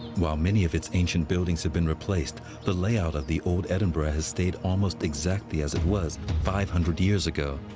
while many of its ancient buildings have been replaced, the layout of the old edinburgh has stayed almost exactly as it was five hundred years ago.